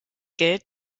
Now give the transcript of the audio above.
geld